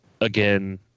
Again